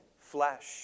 flesh